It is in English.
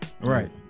Right